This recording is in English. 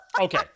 Okay